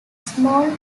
small